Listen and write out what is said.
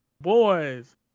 boys